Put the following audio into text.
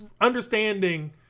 Understanding